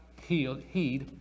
heed